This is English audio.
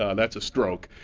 um that's a stroke.